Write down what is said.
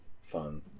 fun